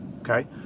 okay